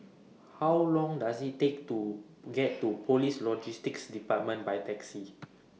How Long Does IT Take to get to Police Logistics department By Taxi